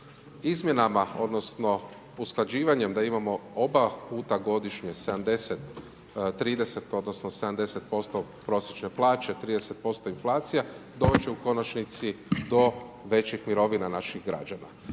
Izmjenama odnosno, usklađivanjem da imamo oba puta godišnje, 70, 30 odnosno, 70% prosječne plaće, 30% inflacija, dovesti će u konačnici do većih mirovina naših građana.